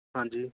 ਹਾਂਜੀ